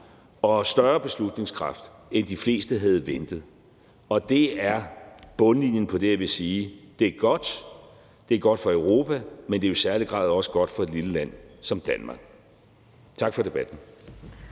og større beslutningskraft, end de fleste havde ventet, og det er bundlinjen for det, jeg vil sige. Det er godt, det er godt for Europa, men det er jo i særlig grad også godt for et lille land som Danmark. Tak for debatten.